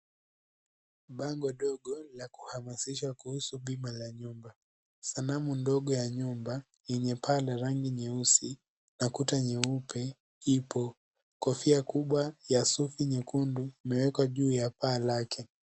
Bango dogo, la kuhamasishwa kuhusu bima la nyumba. Sanamu dogo la nyumba lenye paa la rangi nyeusi na kuta nyeupe, ipo. Kofia nyeusi ya sufu nyekundu imewekwa juu ya paa lake.